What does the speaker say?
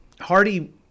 Hardy